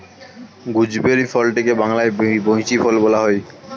gooseberry ফলটিকে বাংলায় বৈঁচি ফল বলা হয়